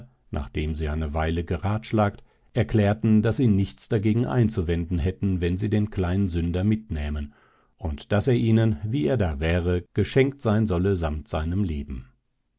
nachdem sie eine weile geratschlagt erklärten daß sie nichts dagegen einzuwenden hätten wenn sie den kleinen sünder mitnähmen und daß er ihnen wie er da wäre geschenkt sein solle samt seinem leben